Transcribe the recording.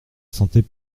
sentait